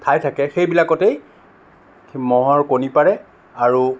ঠাই থাকে সেইবিলাকতেই মহৰ কণী পাৰে আৰু